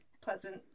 pleasant